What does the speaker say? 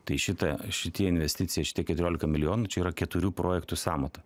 tai šita šitie investicija šitie keturiolika milijonų čia yra keturių projektų sąmata